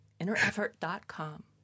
innereffort.com